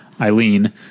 Eileen